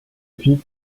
ville